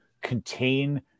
contain